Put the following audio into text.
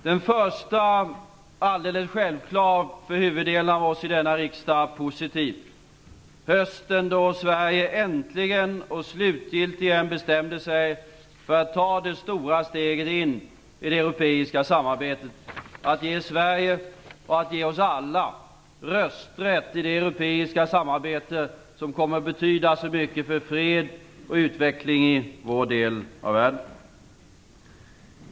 Den första är - det är alldeles självklart, för huvuddelen av oss i denna riksdag - positiv: Det var hösten då Sverige äntligen och slutgiltigt bestämde sig för att ta det stora steget in i det stora europeiska samarbetet, att ge Sverige och oss alla rösträtt i det europeiska samarbete som kommer att betyda så mycket för fred och utveckling i vår del av världen.